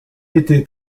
été